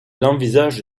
envisage